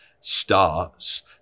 starts